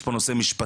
יש פה נושא משפטי.